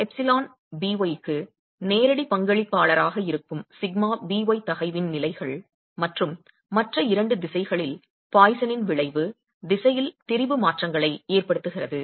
εby க்கு நேரடி பங்களிப்பாளராக இருக்கும் σby தகைவின் நிலைகள் மற்றும் மற்ற இரண்டு திசைகளில் பாய்சனின் விளைவு திசையில் திரிபு மாற்றங்களை ஏற்படுத்துகிறது